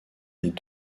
les